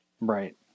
Right